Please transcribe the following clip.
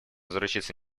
заручиться